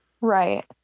Right